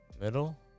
Middle